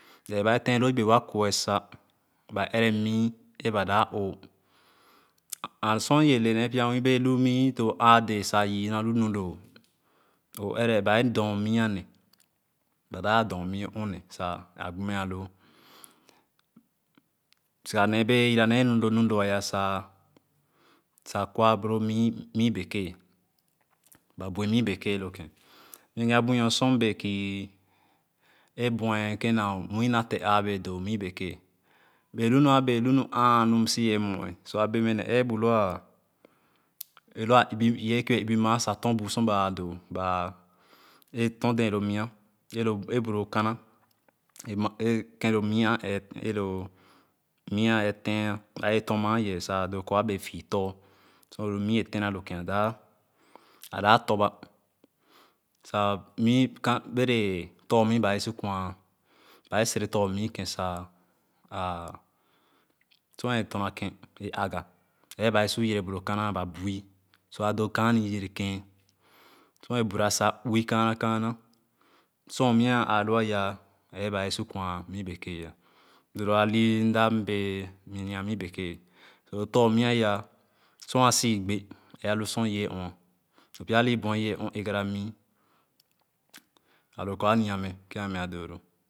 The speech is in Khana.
Lee ba a feeloo yeebe wa kve sa ba ɛrɛ mìì ee ba dap ooh sor ìwɛɛ le nee pya nwìì bee lu mìì lu aa dɛɛ sa yìì kèn alu nu-lõõ o ɛrɛ ba dormìì ane ba dap dormìì o ɔn-ne sa a gbormɛ aloo sìga nee bee yìra nee lo nu-lõõ sa kwa baloo nwì mìì-bekee ba buì mìì-bekee lokèn nyìgì bunɔ̃ɔ̃ sor mbee kìì a bue kèn na nwìì nate aa bee doo mìì-bekee bee lu nu a bee nu ãã nu e m sübe mve so abee mɛ ne eebu lua ebì e wɛɛ kìì wɛɛ ebi ma sa tãnbu sor ba a doo ba e tãn dɛɛ a bu lo kãnã kèn lo mìa ɛeh teah ba wɛɛ tón mãã yeeh sa doo kor a bee fìo-tor sor lo mìì a tena lo kèn a doo kor adap torba bere tor-mìì ba wɛɛ su kwa ba sere tor-mìì kèn sa sor a torna-ge aga eba wɛɛ sor yerebu kànà ba buì su ado kaani yere kèn ba buì sá uwi kaana kaana sɔr-mìa ee aafoo ayaa naba wɛɛ sor kwa mìì-bekee doo anì mda bee ɔ̃n mìì-bekee lo tor-mìì aya sor sìì gbé sor ìye ɔ̃n loo pya anì bue ì wɛɛ ɔ̃n egara mìì a doo kor a nìa mɛ kèn meah doo loo.